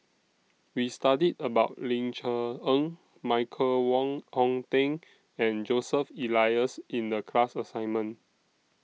We studied about Ling Cher Eng Michael Wong Hong Teng and Joseph Elias in The class assignment